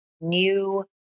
new